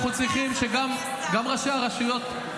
אנחנו צריכים שגם ראשי הרשויות,